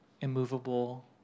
immovable